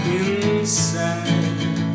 inside